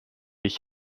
ich